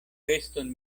feston